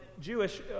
Jewish